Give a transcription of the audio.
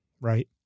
Right